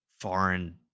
foreign